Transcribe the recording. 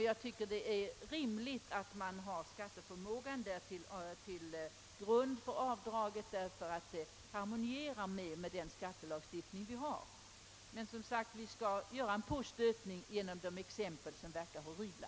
Jag tycker att det är rimligt att ha skatteförmågan till grund för avdraget, ty det harmonierar mer med vår skattelagstiftning. Emellertid skall vi — som sagt — göra en påstötning med hjälp av de exempel som verkar horribla.